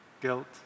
guilt